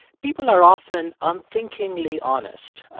people are often unthinkingly honest.